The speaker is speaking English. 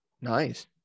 Nice